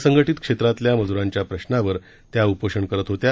असंघटित क्षेत्रातल्या मज्रांच्या प्रश्नावर त्या उपोषण करत होत्या